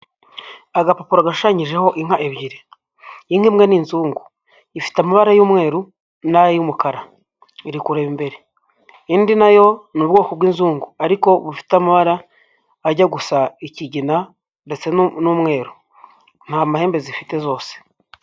Agapapuro gashushanyijeho inka ebyiri, gabwa inka imwe n'inzungu ifite amabara y'umweru n'ay'umukara, iri kureba imbere indi nayo ni ubwoko bw'inzungu ariko bufite amabara ajya gusa ikigina ndetse n'umweru, nta mahembe zifite zose.